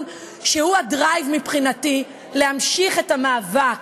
שהוא הדרייב מבחינתי להמשיך את המאבק,